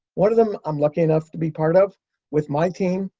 one of them, i'm lucky enough to be part of with my team,